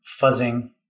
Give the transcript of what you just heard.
fuzzing